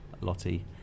Lottie